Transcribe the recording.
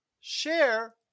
share